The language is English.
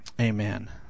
Amen